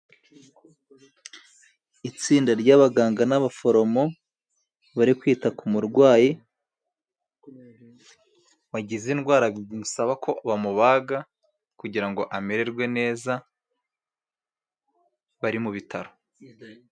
Itsinda ry'abaganga n'abaforomo bari kwita ku murwayi wagize indwara, bisaba ko bamubaga kugira ngo amererwe neza, bari mu bitaro.